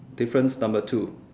difference number two